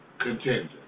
contender